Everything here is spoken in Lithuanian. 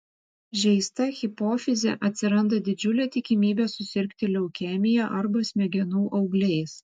žeista hipofize atsiranda didžiulė tikimybė susirgti leukemija arba smegenų augliais